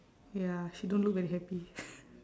ya she don't look very happy